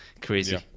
crazy